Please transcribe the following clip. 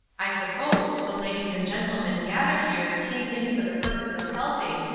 i supposed the ladies and gentlemen gathered here came in for the purpose of helping,